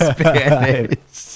Spanish